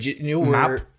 Map